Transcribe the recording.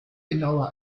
genauer